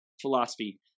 philosophy